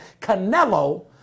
Canelo